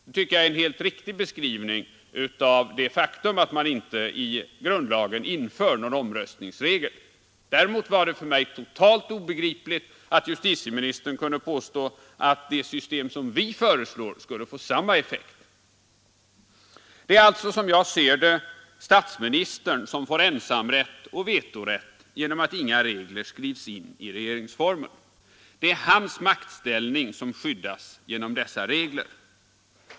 Det tycker jag är en helt riktig beskrivning av det faktum att man inte i grundlagen inför någon omröstningsregel. Däremot var det för mig totalt obegripligt att justitieministern kunde påstå att det system som vi föreslår skulle få samma effekt. Det är alltså, som jag ser det, statsministern som får ensamrätt och vetorätt genom att inga regler skrivs in i regeringsformen. Det är hans maktställning som skyddas genom dessa regler.